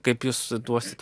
kaip jūs duosit